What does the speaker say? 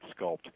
sculpt